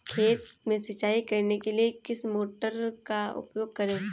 खेत में सिंचाई करने के लिए किस मोटर का उपयोग करें?